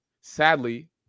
Sadly